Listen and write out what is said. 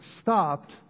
stopped